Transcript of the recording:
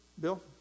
Bill